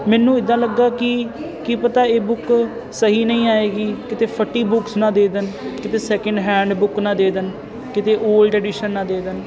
ਮੈਨੂੰ ਇੱਦਾਂ ਲੱਗਾ ਕਿ ਕੀ ਪਤਾ ਇਹ ਬੁੱਕ ਸਹੀ ਨਹੀਂ ਆਏਗੀ ਕਿਤੇ ਫਟੀ ਬੁੱਕਸ ਨਾ ਦੇ ਦੇਣ ਕਿਤੇ ਦੂਜਾ ਹੱਥ ਕਿਤਾਬ ਨਾ ਦੇ ਦੇਣ ਕਿਤੇ ਪੁਰਾਣਾ ਜੋੜ ਨਾ ਦੇ ਦੇਣ